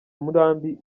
murambi